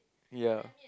ya